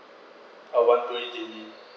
oh one two eight G_B